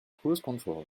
cruisecontrol